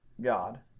God